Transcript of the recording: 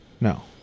No